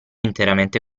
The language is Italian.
interamente